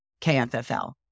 KFFL